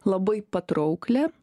labai patrauklią